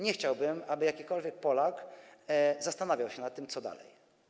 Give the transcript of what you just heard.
Nie chciałbym, aby jakikolwiek Polak zastanawiał się nad tym, co dalej.